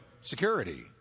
Security